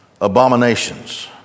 Abominations